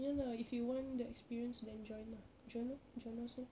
ya lah if you want the experience then join lah join lor join us lor